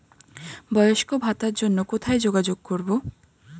বয়স্ক ভাতার জন্য কোথায় যোগাযোগ করব?